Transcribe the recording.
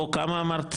כאן, כמה אמרת?